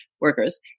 workers